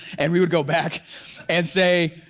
and we would go back and say,